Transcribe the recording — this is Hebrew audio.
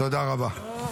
תודה רבה.